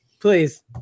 Please